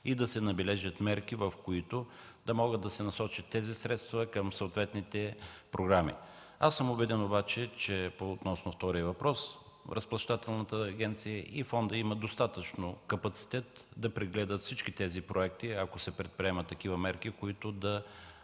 и да се набележат мерки, в които да могат да се насочат средствата към съответните програми. Относно втория въпрос, убеден съм, че Разплащателната агенция и Фонда имат достатъчно капацитет да прегледат всички тези проекти, ако се предприемат такива мерки, които да